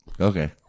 Okay